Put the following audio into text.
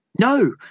No